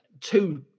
two